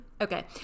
Okay